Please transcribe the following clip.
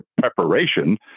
preparation